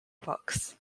books